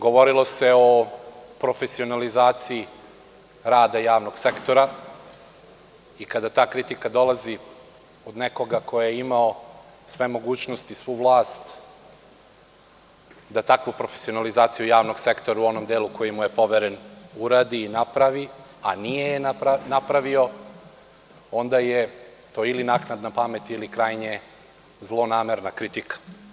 Govorilo se o profesionalizaciji rada javnog sektora i kada ta kritika dolazi od nekoga ko je imao sve mogućnosti i svu vlast da takvu profesionalizaciju javnog sektora u onom delu koji mu je poveren uradi i napravi, a nije je napravio, onda je to ili naknadna pamet ili krajnje zlonamerna kritika.